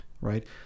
right